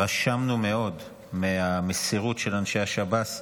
והתרשמנו מאוד מהמסירות של אנשי השב"ס,